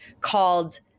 called